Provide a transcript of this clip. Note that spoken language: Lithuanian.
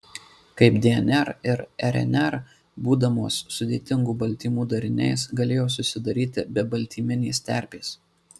kaip dnr ir rnr būdamos sudėtingų baltymų dariniais galėjo susidaryti be baltyminės terpės